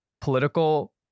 political